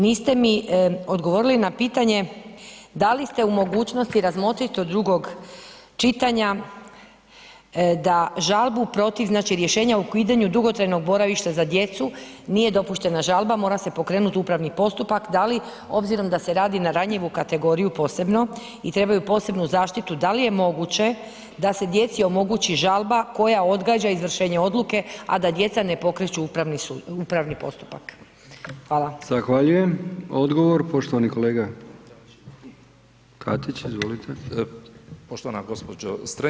Niste mi odgovorili na pitanje da li ste u mogućnosti razmotrit do drugog čitanja da žalbu protiv, znači rješenja o ukidanju dugotrajnog boravišta za djecu nije dopuštena žalba, mora se pokrenut upravni postupak, da li obzirom da se radi na ranjivu kategoriju posebno i trebaju posebnu zaštitu, da li je moguće da se djeci omogući žalba koja odgađa izvršenje odluke, a da djeca ne pokreću upravni sud, upravni postupak?